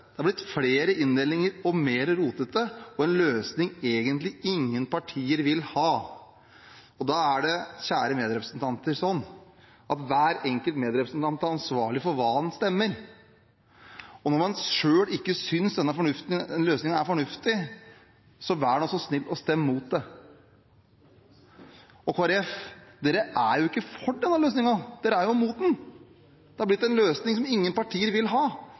Det har blitt flere inndelinger og mer rotete og en løsning egentlig ingen partier vil ha. Da er det, kjære medrepresentanter, sånn at hver enkelt medrepresentant er ansvarlig for hva man stemmer, og når man selv ikke synes denne løsningen er fornuftig, vær da så snill og stem mot den! Og Kristelig Folkeparti: Dere er jo ikke for denne løsningen, dere er jo imot den. Det har blitt en løsning som ingen partier vil ha.